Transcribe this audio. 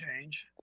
change